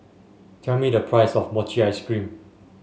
tell me the price of Mochi Ice Cream